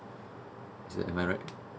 am I right